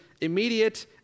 Immediate